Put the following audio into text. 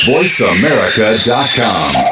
VoiceAmerica.com